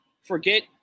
Forget